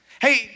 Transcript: Hey